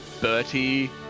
Bertie